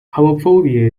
homophobia